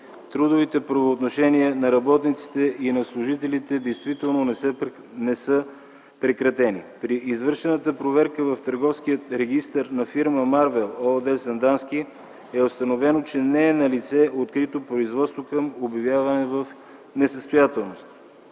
Трудовите правоотношения на работниците и на служителите действително не са прекратени. При извършената проверка в Търговския регистър на фирма „Марвел” ООД – Сандански, е установено, че не е налице открито производство за обявяване в несъстоятелност.